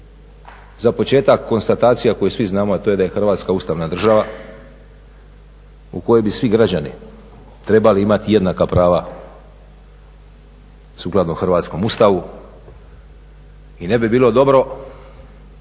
Za početak konstatacija koju svim znamo a to je da je Hrvatska ustavna država u kojoj bi svi građani trebali imati jednaka prava sukladno hrvatskom Ustavu. I ne bi bilo dobro